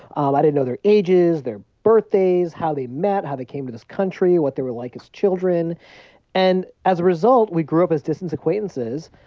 um i didn't know their ages, their birthdays, how they met, how they came to this country, what they were like as children and as a result, we grew up as distant acquaintances.